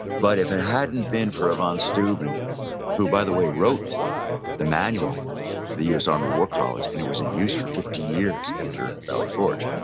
but if it hadn't been for ah von steuben who, by the way, wrote the manual the u s. army war college, and it was in use for fifty years after valley forge.